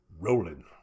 rolling